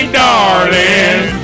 darling